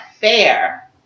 fair